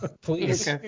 Please